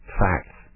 facts